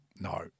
No